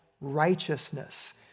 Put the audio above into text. righteousness